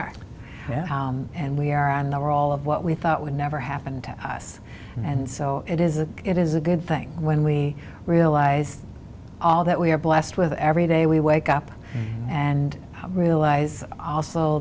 are and we are and are all of what we thought would never happen to us and so it is a it is a good thing when we realize all that we are blessed with every day we wake up and realize also